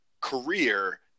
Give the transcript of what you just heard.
career